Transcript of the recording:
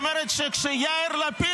דווקא שאלת אותי,